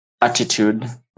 attitude